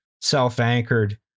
self-anchored